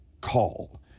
Call